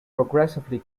progressively